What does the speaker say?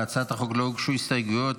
להצעת החוק לא הוגשו הסתייגויות,